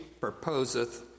proposeth